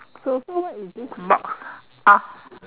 so so what is this box ah